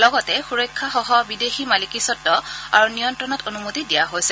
লগতে সুৰক্ষাসহ বিদেশী মালিকীস্বব্ আৰু নিয়ন্ত্ৰণত অনুমতি দিয়া হৈছে